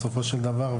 בסופו של דבר.